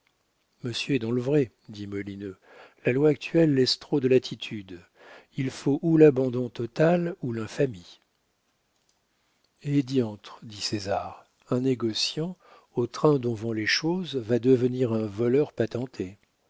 monsieur est dans le vrai dit molineux la loi actuelle laisse trop de latitude il faut ou l'abandon total ou l'infamie eh diantre dit césar un négociant au train dont vont les choses va devenir un voleur patenté